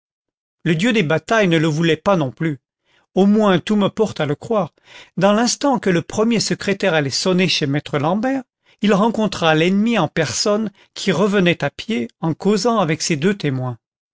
le dieu des batailles ne le voulait pas non plus au moins tout me porte à le croire dans l'instant que le premier secrétaire allait sonner chez maître l'ambert il rencontra l'ennemi en personne qui revenait à pied en causant avec ses deux témoins